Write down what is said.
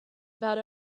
about